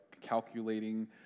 calculating